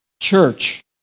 Church